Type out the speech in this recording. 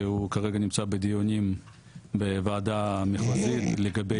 שהוא כרגע נמצא בדיונים בוועדה המחוזית לגבי